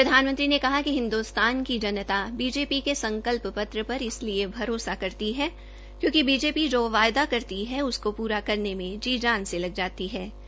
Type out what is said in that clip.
प्रधानमंत्री ने कहा कि हिन्द्रस्तान की जनता बीजेपी के संकल्प पर इसलिए भरोसा करती है क्योंकि बीजेपी जो वायदा करती है उसको पूरा करने में जी जान से लग जातीहै